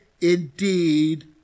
indeed